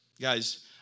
Guys